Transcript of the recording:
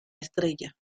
estrella